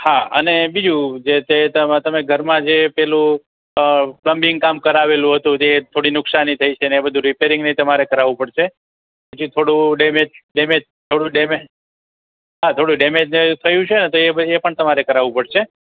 હા અને બીજું જે તે તમે ઘરમાં જે પેલું પ્લમ્બિંગ કામ કરાવેલું હતું જે થોડી નુકશાની થઈ છે ને એ બધું રિપેરિંગ ને એ તમારે કરાવવું પડશે પછી થોડું ડેમેજ ડેમેજ થોડું ડેમેજ હા થોડું ડેમેજ ને એ થયું છે ને તો એ પછી એ પણ તમારે કરાવવું પડશે